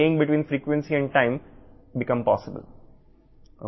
కాబట్టి ఫ్రీక్వెన్సీ మరియు టైమ్ మధ్య ఈ రకమైనవి సాధ్యమవుతాయి